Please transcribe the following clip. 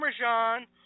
Parmesan